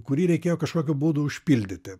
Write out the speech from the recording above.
kurį reikėjo kažkokiu būdu užpildyti